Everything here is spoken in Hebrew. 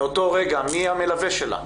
מאותו רגע מי המלווה שלה?